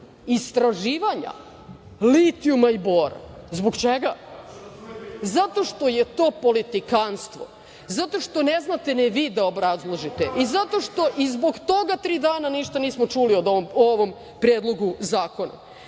istraživanja litijuma i bora? Zbog čega? Zato što je to politikanstvo, zato što ne znate ni vi da obrazložite i zbog toga tri dana ništa nismo čuli o ovom predlogu zakona. Konačno